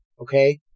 okay